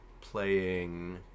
playing